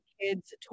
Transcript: kids